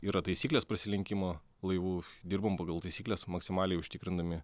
yra taisyklės prasilenkimo laivų dirbom pagal taisykles maksimaliai užtikrindami